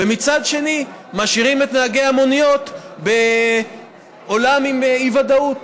ומצד שני משאירים את נהגי המוניות בעולם עם אי-ודאות.